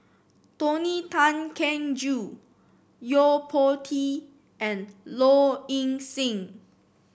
Tony Tan Keng Joo Yo Po Tee and Low Ing Sing